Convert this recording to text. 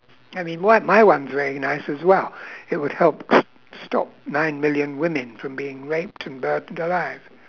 I mean why my one's very nice as well it would help s~ stop nine million women from being raped and burnt alive